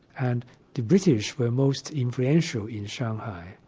and the british were most influential in shanghai,